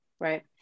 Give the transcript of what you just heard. Right